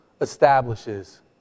establishes